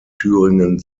thüringen